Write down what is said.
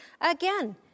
again